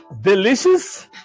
delicious